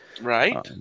Right